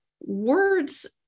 words